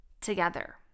together